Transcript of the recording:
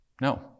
No